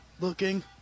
looking